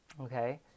Okay